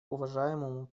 уважаемому